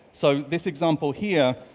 so this example here,